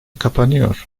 kapanıyor